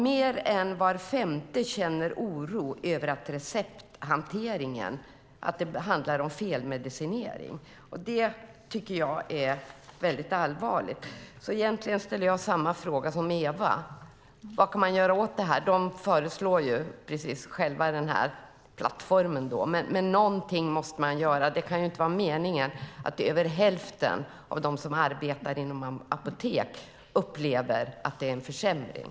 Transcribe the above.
Mer än var femte känner oro över recepthanteringen, att det handlar om felmedicinering. Det tycker jag är väldigt allvarligt. Egentligen ställer jag samma fråga som Eva: Vad kan man göra åt det här? Farmaciförbundet föreslår ju själva den här kunskapsplattformen. Någonting måste man göra. Det kan inte vara meningen att över hälften av dem som arbetar inom apotek ska uppleva att det är en försämring.